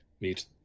meet